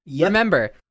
Remember